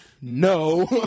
no